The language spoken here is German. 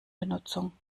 benutzung